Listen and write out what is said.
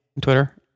Twitter